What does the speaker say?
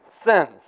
sins